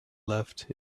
left